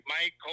Mike